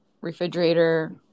refrigerator